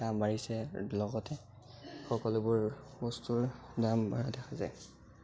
দাম বাঢ়িছে লগতে সকলোবোৰ বস্তুৰ দাম বঢ়া দেখা যায়